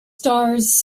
stars